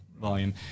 volume